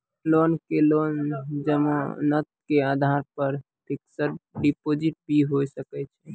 Loan के लेल जमानत के आधार पर फिक्स्ड डिपोजिट भी होय सके छै?